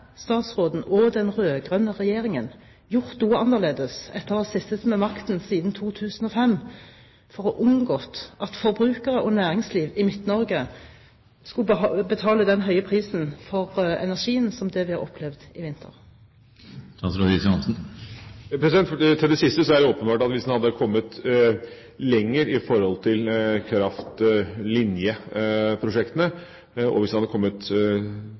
statsråden og den rød-grønne regjeringen gjort noe annerledes, etter å ha sittet med makten siden 2005, for å unngå at forbrukere og næringsliv i Midt-Norge skulle betale den høye prisen for energien som det vi har opplevd i vinter? Til det siste vil jeg si at det er jo åpenbart at hvis en hadde kommet lenger med kraftlinjeprosjektene, og hvis en hadde kommet